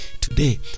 today